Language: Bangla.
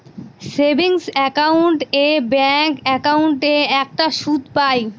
সেভিংস একাউন্ট এ ব্যাঙ্ক একাউন্টে একটা সুদ পাই